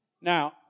Now